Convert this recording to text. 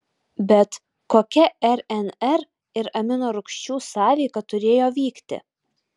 bet kokia rnr ir aminorūgščių sąveika turėjo vykti